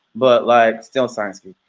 but like, still science geek,